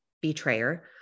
betrayer